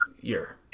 year